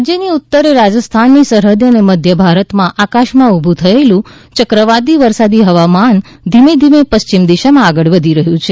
રાજ્યની ઉત્તરે રાજસ્થાનની સરહદે અને મધ્ય ભારતના આકાશમાં ઉભું થયેલું ચક્રવાતી વરસાદી હવામાન ધીમે ધીમે પશ્ચિમ દિશામાં આગળ વધી રહ્યું છે